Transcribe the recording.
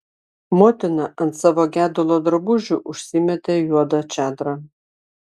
motina ant savo gedulo drabužių užsimetė juodą čadrą